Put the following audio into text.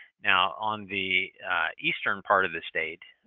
now, on the eastern part of the state,